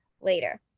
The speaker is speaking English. later